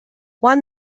one